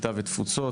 קליטה ותפוצות,